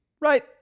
right